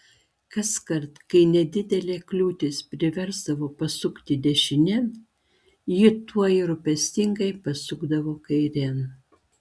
kaskart kai nedidelė kliūtis priversdavo pasukti dešinėn ji tuoj rūpestingai pasukdavo kairėn